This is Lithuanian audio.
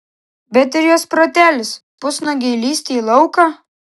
bet ir jos protelis pusnuogei lįsti į lauką